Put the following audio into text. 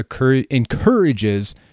encourages